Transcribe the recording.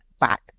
back